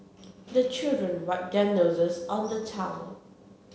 the children wipe their noses on the towel